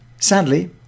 sadly